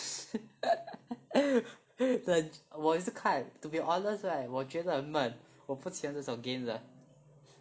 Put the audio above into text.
我也是看 to be honest right 我觉得很闷我不喜欢这种 game 的